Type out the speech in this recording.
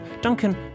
Duncan